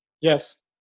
yes